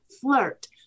flirt